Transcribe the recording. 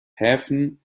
häfen